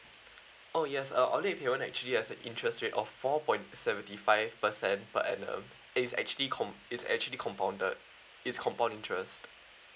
oh yes uh actually has an interest rate of four point seventy five percent per annum it's actually comp~ it's actually compounded it's compound interest